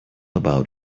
about